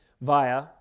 via